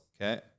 Okay